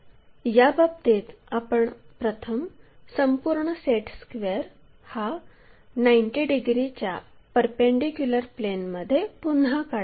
या बाबतीत आपण प्रथम संपूर्ण सेट स्क्वेअर हा 90 डिग्रीच्या परपेंडीक्युलर प्लेनमध्ये पुन्हा काढावा